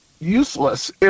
useless